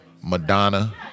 Madonna